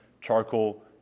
charcoal